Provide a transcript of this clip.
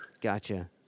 Gotcha